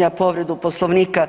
Ja povredu Poslovnika